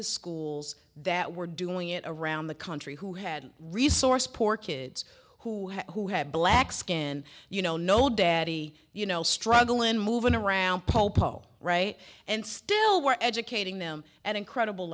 the schools that were doing it around the country who had resource poor kids who who had black skin you know no daddy you know struggling moving around paul paul right and still were educating them at incredible